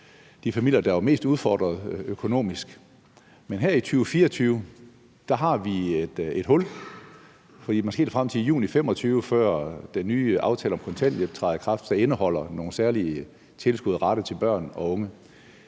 de familier, der var mest udfordret økonomisk. Men her i 2024 har vi et hul, for man skal helt frem til juni 2025, før den nye aftale om kontanthjælp, der indeholder nogle særlige tilskud rettet mod børn og unge,